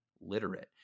literate